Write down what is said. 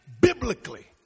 biblically